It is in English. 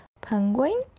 penguin